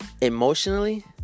Emotionally